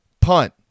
punt